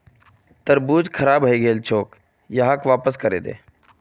तरबूज खराब हइ गेल छोक, यहाक वापस करे दे